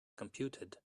computed